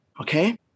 Okay